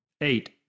eight